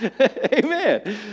Amen